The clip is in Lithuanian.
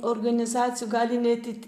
organizacijų gali neatit